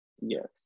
Yes